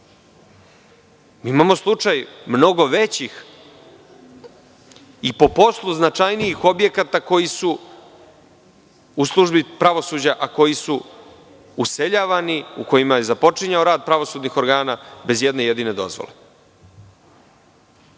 Imamo slučaj mnogo većih i po poslu mnogo značajnijih objekata koji su u službi pravosuđa, a koji su useljavani, u kojima je započinjao rat pravosudnih organa bez ijedne jedine dozvole. Kako